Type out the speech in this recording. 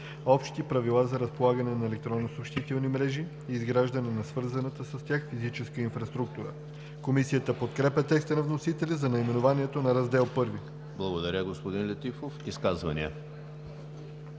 Общи правила за разполагане на електронни съобщителни мрежи и изграждане на свързаната с тях физическа инфраструктура“. Комисията подкрепя текста на вносителя за наименованието на Раздел I. ПРЕДСЕДАТЕЛ ЕМИЛ ХРИСТОВ: Благодаря, господин Летифов. Изказвания?